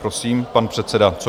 Prosím, pan předseda Cogan.